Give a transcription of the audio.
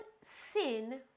sin